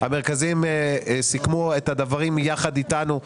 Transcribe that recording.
המרכזים סיכמו את הדברים יחד איתנו,